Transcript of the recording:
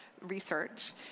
research